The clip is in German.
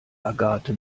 agathe